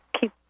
keep